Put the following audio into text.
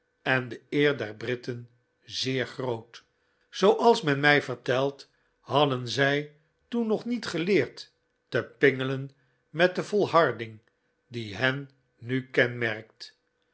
en de eer der britten zeer'groot zooals men mij vertelt hadden zij toen nog niet geleerd te pingelen met de volharding die hen nu kenmerkt